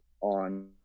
on